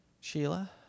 Sheila